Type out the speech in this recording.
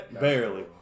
Barely